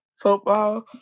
football